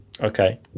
Okay